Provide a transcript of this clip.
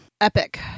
epic